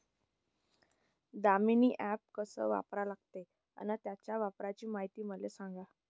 Damini app कस वापरा लागते? अन त्याच्या वापराची मायती मले सांगा